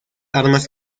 armas